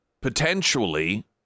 potentially